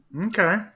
Okay